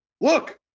look